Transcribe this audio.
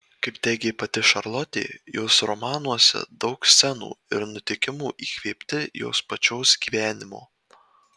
kaip teigė pati šarlotė jos romanuose daug scenų ir nutikimų įkvėpti jos pačios gyvenimo